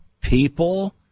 people